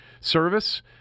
service